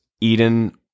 Eden